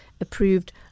approved